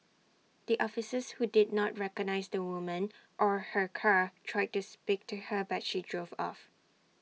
the officers who did not recognise the woman or her car tried to speak to her but she drove off